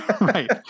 Right